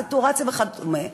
סטורציה וכדומה,